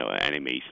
enemies